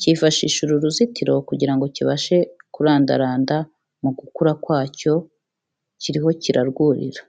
cyifashisha uru ruzitiro kugira ngo kibashe kurandaranda mu gukura kwacyo, kiriho kirarwurira.